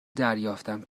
دریافتم